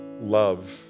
love